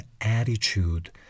attitude